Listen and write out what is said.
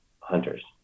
hunters